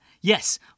Yes